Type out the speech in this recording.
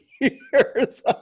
years